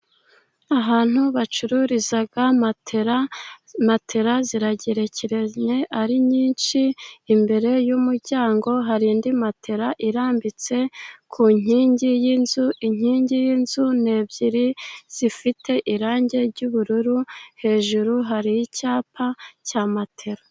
Ahantu bacururiza matera, matera ziragerekeranye ari nyinshi, imbere y'umuryango hari indi matera irambitse ku nkingi y'inzu, inkingi y'inzu ni ebyiri zifite irangi ry'ubururu, hejuru hari icyapa cya matera.